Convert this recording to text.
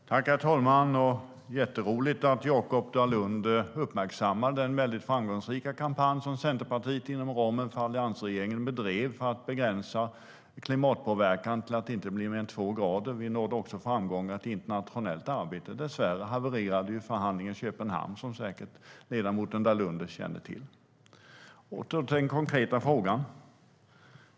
STYLEREF Kantrubrik \* MERGEFORMAT LuftfartsfrågorÅter till den konkreta frågan!